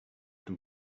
them